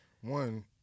One